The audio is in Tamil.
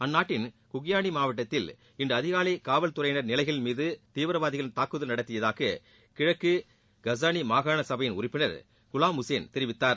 அந்நாட்டின் குக்யானி மாவட்டத்தில் இன்று அதிகாலை காவல் துறையினரின் நிலைகள் மீது தீவிரவாதிகள் தூக்குதல் நடத்தியதாக கிழக்கு கஜாணி மாகாண சபையின் உறுப்பினர் குவாம் உஷேன் தெரிவித்தார்